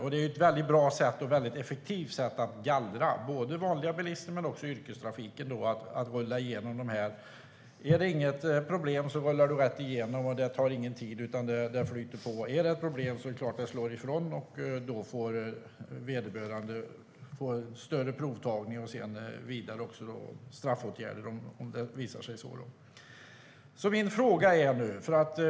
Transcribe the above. Alkobommar är ett bra och effektivt sätt att gallra både vanliga bilister och yrkeschaufförer. Om det inte är något problem rullar man rätt igenom, och det tar ingen tid utan flyter på. Men om det är problem är det klart att det slår ifrån, och då blir det större provtagning och eventuella straffåtgärder för vederbörande.